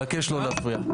אני מבקש לא להפריע.